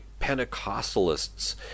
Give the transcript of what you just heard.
Pentecostalists